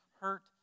hurt